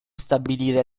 stabilire